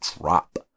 drop